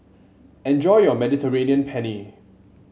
enjoy your Mediterranean Penne